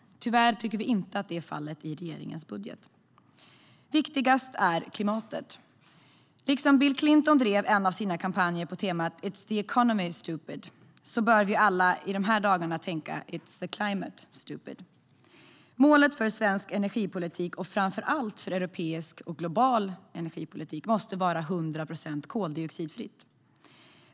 Tyvärr tycker vi inte att så är fallet i regeringens budget. Viktigast är klimatet. Liksom Bill Clinton drev en av sina kampanjer på temat It's the economy, stupid, bör vi alla i dessa dagar tänka It's the climate, stupid. Målet för svensk energipolitik och framför allt för europeisk och global energipolitik måste vara 100 procent koldioxidfritt.